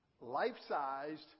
life-sized